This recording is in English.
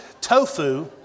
tofu